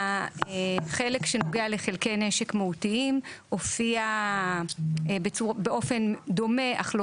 החלק שנוגע לחלקי נשק מהותיים הופיע באופן דומה אך לא